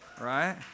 right